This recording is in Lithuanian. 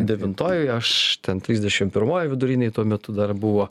devintojoj aš ten trisdešimt pirmoj vidurinėj tuo metu dar buvo